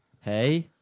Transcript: Hey